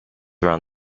around